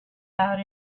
out